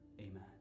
Amen